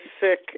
sick